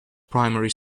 primary